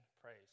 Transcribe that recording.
praise